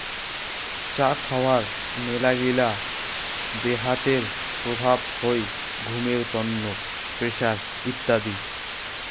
চা খাওয়ার মেলাগিলা দেহাতের প্রভাব হই ঘুমের তন্ন, প্রেসার ইত্যাদি